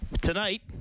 Tonight